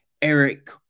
Eric